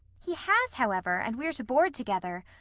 he has, however, and we're to board together.